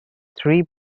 three